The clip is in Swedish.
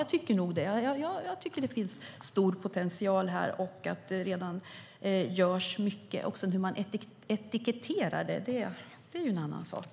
Jag tycker att det finns stor potential och att det redan görs mycket. Men hur man etiketterar det är en annan sak.